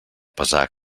pesar